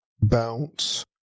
bounce